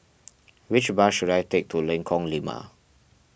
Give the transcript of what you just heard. which bus should I take to Lengkong Lima